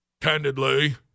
candidly